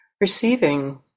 receiving